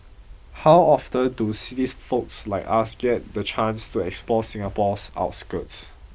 how often do city folks like us get the chance to explore Singapore's outskirts